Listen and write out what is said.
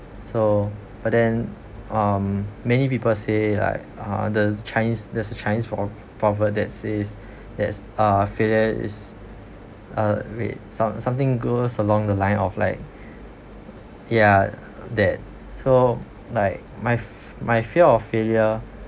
so but then um many people say like uh the chinese there's a chinese pro~ proverb that says that's uh failure is uh wait some~ something goes along the line of like ya that so like my f~ my fear of failure